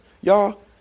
Y'all